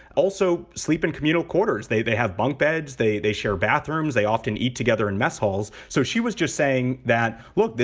also sleep in communal quarters. they they have bunk beds. they they share bathrooms, they often eat together and mess halls. so she was just saying that, look,